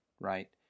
right